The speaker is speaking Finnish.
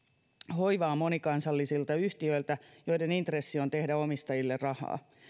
hoivaa monikansallisilta yhtiöiltä joiden intressi on tehdä omistajille rahaa